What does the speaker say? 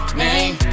name